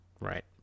Right